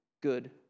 good